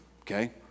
okay